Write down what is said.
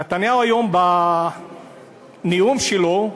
נתניהו היום, בנאום שלו,